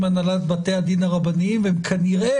הנהלת בתי הדין הרבניים והם כנראה,